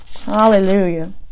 Hallelujah